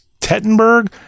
Tettenberg